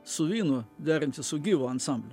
su vynu derinti su gyvu ansambliu